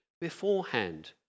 beforehand